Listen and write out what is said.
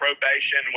probation